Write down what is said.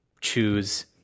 choose